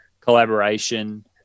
collaboration